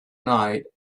night